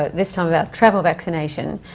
ah this time about travel vaccination.